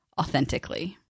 authentically